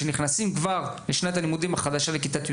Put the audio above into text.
שנכנסים כבר בשנת הלימודים החדשה לכיתות י"ב,